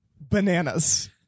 Bananas